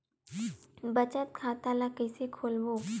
बचत खता ल कइसे खोलबों?